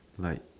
like